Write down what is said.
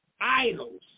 idols